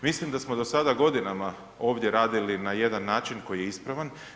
Mislim da smo do sada godinama ovdje radili na jedan način koji je ispravan.